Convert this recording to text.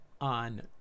on